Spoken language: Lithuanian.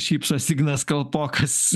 šypsosi ignas kalpokas